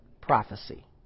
prophecy